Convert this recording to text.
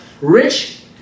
rich